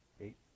eight